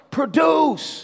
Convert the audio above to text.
Produce